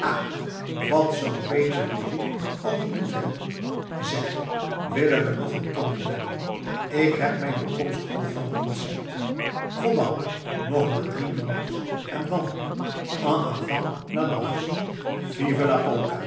wat zoo'n beetje muziek al niet doet hé zeg willen we nog een toddy nemen ik heb mijn bekomst al van t concert goddank nog maar drie nommers en dan en avant la danse